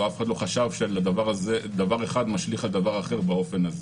אף אחד לא חשב שדבר אחד משליך על דבר אחר באופן הזה.